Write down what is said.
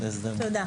תודה.